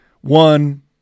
One